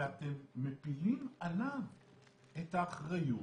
ואתם מפילים עליו את האחריות,